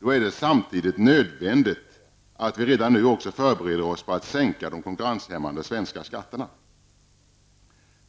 Då är det samtidigt nödvändigt att vi redan nu också förbereder oss på att sänka de konkurrenshämmande svenska skatterna.